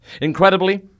Incredibly